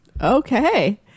okay